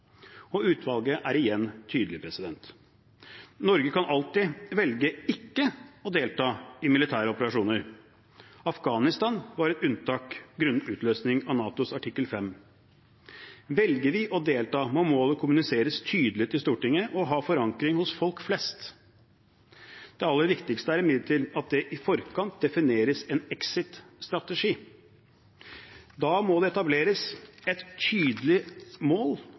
Utvalget er igjen tydelig. Norge kan alltid velge ikke å delta i militære operasjoner. Afghanistan var et unntak, grunnet utløsning av NATOs artikkel 5. Velger vi å delta, må målet kommuniseres tydelig til Stortinget og ha forankring hos folk flest. Det aller viktigste er imidlertid at det i forkant defineres en exit-strategi. Da må det etableres et tydelig mål,